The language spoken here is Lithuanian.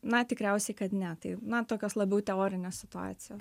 na tikriausiai kad ne tai na tokios labiau teorinės situacijos